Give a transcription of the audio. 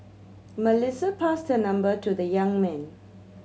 Melissa passed her number to the young man